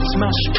smash